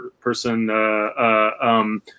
person